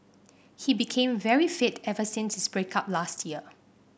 he became very fit ever since his break up last year